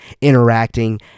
interacting